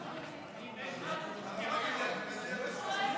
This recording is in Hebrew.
אני מכריז על הפסקה של כמה דקות.